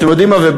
אתם יודעים מה?